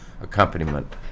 accompaniment